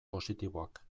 positiboak